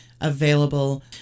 available